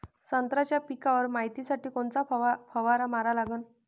संत्र्याच्या पिकावर मायतीसाठी कोनचा फवारा मारा लागन?